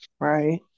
Right